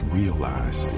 realize